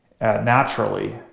naturally